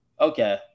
Okay